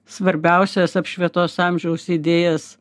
svarbiausias apšvietos amžiaus idėjas